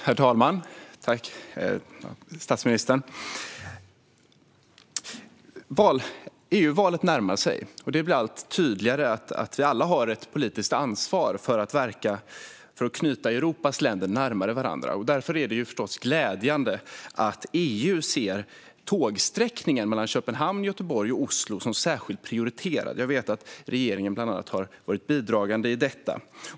Herr talman och statsministern! EU-valet närmar sig, och det blir allt tydligare att vi alla har ett politiskt ansvar för att knyta Europas länder närmare varandra. Därför är det förstås glädjande att EU ser tågsträckningen Köpenhamn-Göteborg-Oslo som särskilt prioriterad. Jag vet att regeringen har varit bidragande i detta.